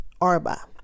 Arba